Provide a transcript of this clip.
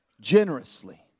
generously